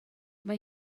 mae